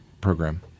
program